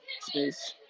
space